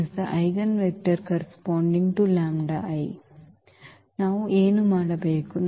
is the eigenvector corresponding to ನಾವು ಏನು ಮಾಡಬೇಕು